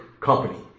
company